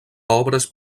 obres